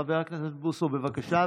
חבר הכנסת בוסו, בבקשה.